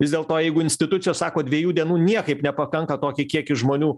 vis dėlto jeigu institucijos sako dviejų dienų niekaip nepakanka tokį kiekį žmonių